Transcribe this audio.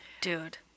dude